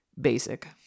Basic